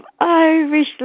Irish